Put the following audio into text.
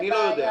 אני לא יודע.